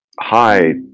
hi